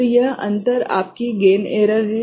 तो यह अंतर आपकी गेन एरर है